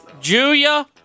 Julia